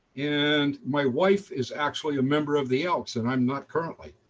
and my wife is actually a member of the elks and i'm not currently.